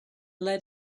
lead